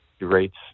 rates